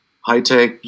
high-tech